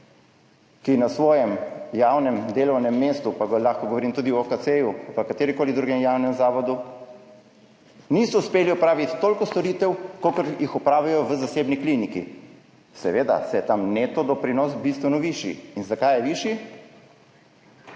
ki na svojem javnem delovnem mestu, lahko govorim tudi o UKC pa kateremkoli drugem javnem zavodu, niso uspeli opraviti toliko storitev, kolikor jih opravijo v zasebni kliniki. Seveda, saj je tam neto doprinos bistveno višji. In zakaj je višji?